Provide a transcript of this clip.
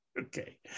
Okay